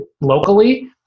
locally